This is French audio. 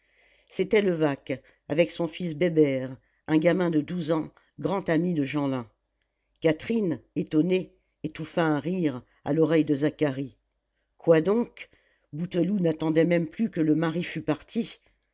c'était levaque avec son fils bébert un gamin de douze ans grand ami de jeanlin catherine étonnée étouffa un rire à l'oreille de zacharie quoi donc bouteloup n'attendait même plus que le mari fût parti